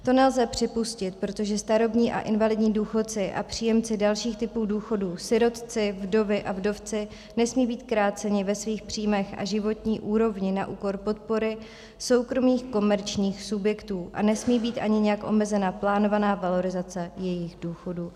To nelze připustit, protože starobní a invalidní důchodci a příjemci dalších typů důchodu, sirotci, vdovy a vdovci nesmí být kráceni ve svých příjmech a životní úrovni na úkor podpory soukromých komerčních subjektů a nesmí být ani nijak omezena plánovaná valorizace jejich důchodů.